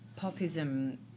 Popism